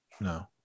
No